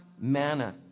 manna